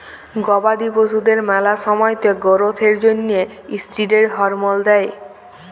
গবাদি পশুদের ম্যালা সময়তে গোরোথ এর জ্যনহে ষ্টিরেড হরমল দেই